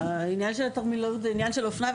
העניין של התרמילאות זה עניין של אופנה,